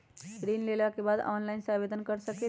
ऋण लेवे ला ऑनलाइन से आवेदन कर सकली?